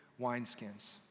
wineskins